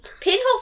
Pinhole